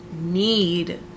need